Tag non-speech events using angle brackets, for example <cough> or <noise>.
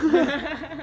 <laughs>